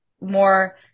more